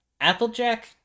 applejack